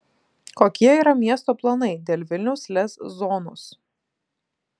kokie yra miesto planai dėl vilniaus lez zonos